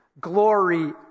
glory